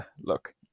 look